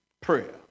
Prayer